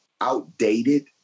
outdated